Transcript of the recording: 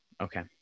okay